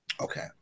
Okay